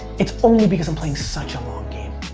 it's only because i'm playing such a long game.